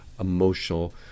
emotional